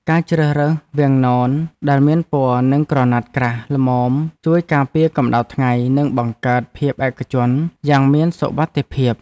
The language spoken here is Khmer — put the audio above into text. ការជ្រើសរើសវាំងននដែលមានពណ៌និងក្រណាត់ក្រាស់ល្មមជួយការពារកម្ដៅថ្ងៃនិងបង្កើតភាពឯកជនយ៉ាងមានសុវត្ថិភាព។